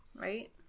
Right